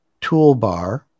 toolbar